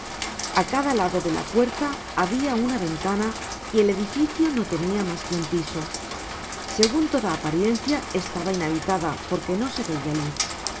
a cada lado de la puerta habia una ventana y el edificio no tenia mas que un piso segun toda apariencia estaba inhabitada porque no se veia luz